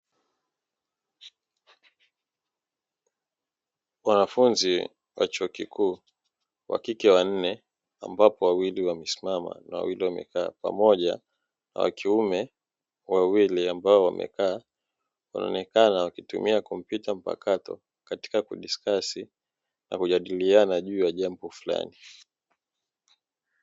Wanafunzi wa chuo kikuu, wa kike wanne, ambapo wawili wamesimama na wawili wamekaa pamoja na wa kiume wawili ambao wamekaa. Wanaonekana wakitumia kompyuta mpakato katika kudiskasi na kujadiliana juu ya jambo fulani.